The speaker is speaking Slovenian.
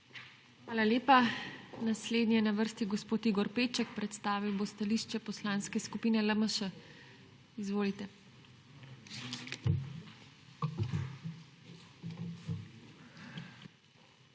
Hvala lepa. Naslednji je na vrsti gospod Igor Peček. Predstavil bo stališče Poslanske skupine LMŠ. Izvolite. IGOR